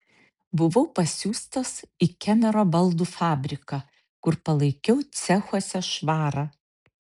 buvau pasiųstas į kemero baldų fabriką kur palaikiau cechuose švarą